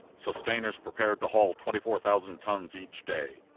sustainers prepared to haul twenty-four thousand tons each day.